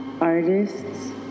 artists